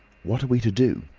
what are we to do?